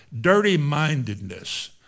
dirty-mindedness